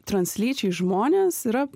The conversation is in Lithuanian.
translyčiai žmonės yra